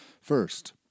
First